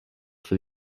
for